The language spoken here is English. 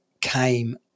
came